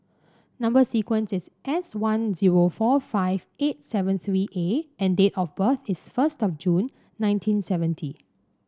number sequence is S one zero four five eight seven three A and date of birth is first of June nineteen seventy